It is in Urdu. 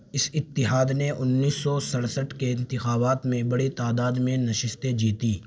اس اتحاد نے انیس سو سڑسٹھ کے انتخابات میں بڑی تعداد میں نشستیں جیتی